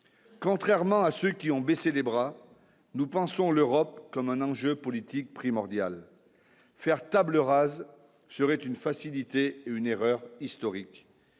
contrairement à ceux qui ont baissé les bras, nous pensons l'Europe comme un enjeu politique primordial faire table rase, serait une facilité et une erreur historique